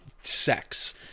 sex